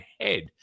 head